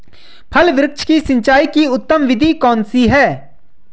फल वृक्ष की सिंचाई की उत्तम विधि कौन सी है?